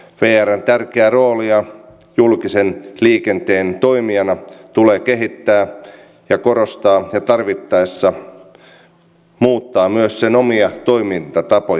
vrn tärkeää roolia julkisen liikenteen toimijana tulee kehittää ja korostaa ja tarvittaessa muuttaa myös sen omia toimintatapoja